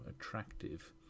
attractive